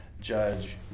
judge